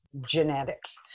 genetics